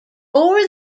bore